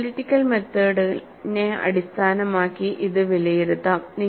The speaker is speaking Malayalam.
അനലിറ്റിക്കൽ മെത്തേഡിനെ അടിസ്ഥാനമാക്കി ഇത് വിലയിരുത്താം